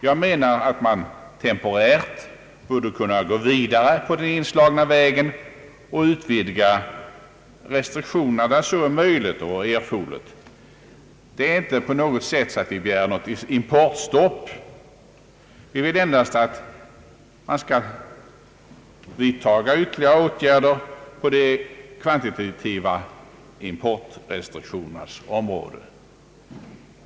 Jag menar att man temporärt borde kunna gå vidare på den inslagna vägen och utvidga restriktionerna där så är möjligt och erforderligt. Vi begär inte på något sätt ett importstopp. Vi vill endast att man skall vidta ytterligare åtgärder på de kvantitativa importrestriktionernas område.